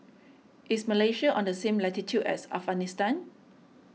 is Malaysia on the same latitude as Afghanistan